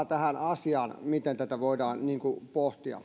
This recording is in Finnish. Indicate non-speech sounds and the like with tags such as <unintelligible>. <unintelligible> tähän asiaan monta lähestymistapaa miten tätä voidaan pohtia